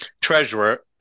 treasurer